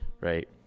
right